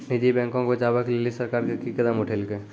निजी बैंको के बचाबै के लेली सरकार कि कदम उठैलकै?